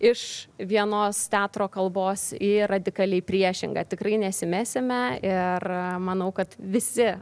iš vienos teatro kalbos į radikaliai priešingą tikrai nesimesime ir manau kad visi